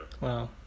Wow